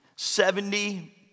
Seventy